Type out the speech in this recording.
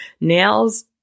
nails